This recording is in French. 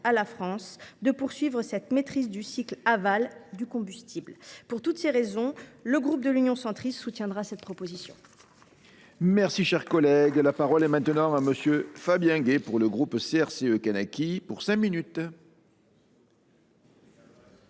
à la France de renforcer sa maîtrise du cycle aval du combustible. Pour toutes ces raisons, le groupe Union Centriste soutiendra cette proposition